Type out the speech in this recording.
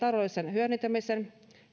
hyödyntämisen